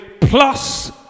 plus